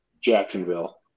Jacksonville